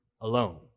alone